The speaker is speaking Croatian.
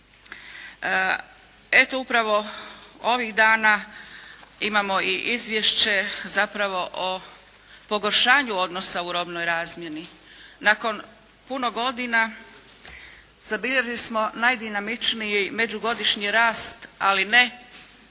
Eto upravo ovih dana imao i izvješće zapravo o pogoršanju odnosa u robnoj razmjeni. Nakon puno godina zabilježili smo najdinamičniji međugodišnji rast, ali ne